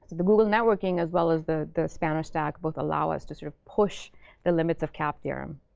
the google networking as well as the the spanner stack both allow us to sort of push the limits of cap theorem,